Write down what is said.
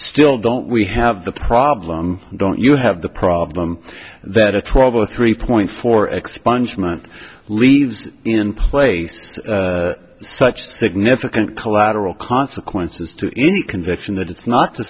still don't we have the problem don't you have the problem that a trouble with three point four expungement leaves in place such significant collateral consequences to any conviction that it's not the